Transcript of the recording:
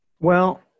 Well-